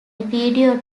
video